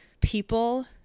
people